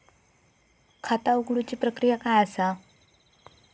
खाता उघडुची प्रक्रिया काय असा?